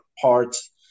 parts